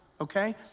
Okay